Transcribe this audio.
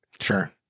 Sure